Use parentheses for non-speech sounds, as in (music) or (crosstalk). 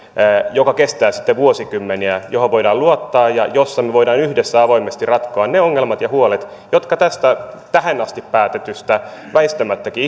joka kestää sitten vuosikymmeniä johon voidaan luottaa ja jossa me voimme yhdessä avoimesti ratkoa ne ongelmat ja huolet jotka tästä tähän asti päätetystä väistämättäkin (unintelligible)